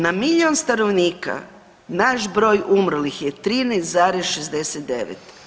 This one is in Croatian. Na milijun stanovnika naš broj umrlih je 13,69.